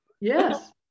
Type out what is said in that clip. Yes